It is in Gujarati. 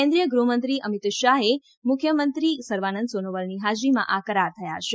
કેન્દ્રિથ ગૃહમંત્રી અમીત શાહ અ મુખ્યમંત્રી સર્વાનંદ સોનોવાલની હાજરીમાં આ કરાર થયા છે